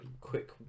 quick